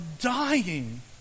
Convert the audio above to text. dying